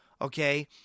okay